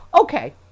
Okay